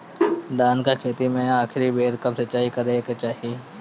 धान के खेती मे आखिरी बेर कब सिचाई करे के चाही?